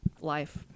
life